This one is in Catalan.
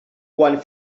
quan